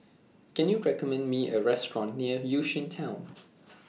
Can YOU recommend Me A Restaurant near Yishun Town